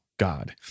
God